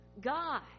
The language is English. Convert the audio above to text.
God